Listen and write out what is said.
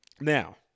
Now